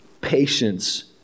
patience